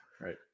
Right